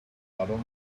out